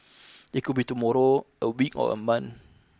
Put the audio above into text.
it could be tomorrow a week or a month